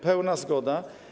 Pełna zgoda.